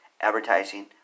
Advertising